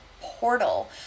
portal